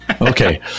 okay